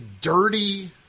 dirty